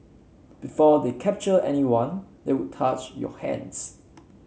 before they captured anyone they would touch your hands